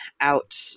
out